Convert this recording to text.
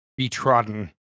betrodden